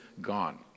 gone